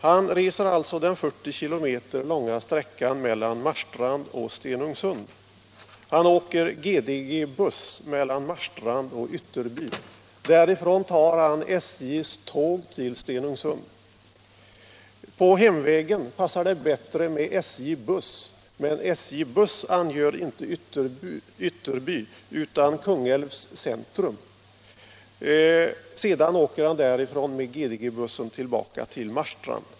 Han reser alltså den 40 km långa sträckan mellan Marstrand och Stenungsund. Han åker GDG-buss mellan Marstrand och Ytterby. Därifrån tar han SJ:s tåg till Stenungsund. På hemvägen passar det bättre med SJ-buss, men bussen går inte till Ytterby utan till Kungälvs centrum. Därifrån åker han med GDG-bussen tillbaka till Marstrand.